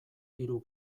hiru